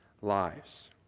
lives